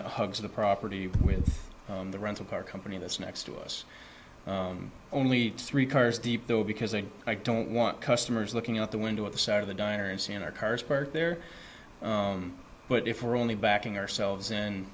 that hugs the property with the rental car company that's next to us only three cars deep though because they don't want customers looking out the window at the side of the diner and seeing our cars parked there but if we're only backing ourselves and